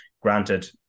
granted